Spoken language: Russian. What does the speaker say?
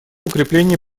укрепление